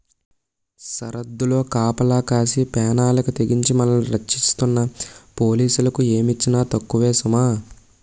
సరద్దుల్లో కాపలా కాసి పేనాలకి తెగించి మనల్ని రచ్చిస్తున్న పోలీసులకి ఏమిచ్చినా తక్కువే సుమా